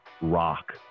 rock